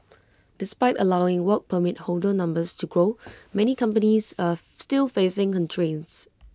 despite allowing Work Permit holder numbers to grow many companies are still facing constraints